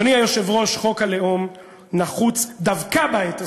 אדוני היושב-ראש, חוק הלאום נחוץ דווקא בעת הזאת,